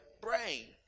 brain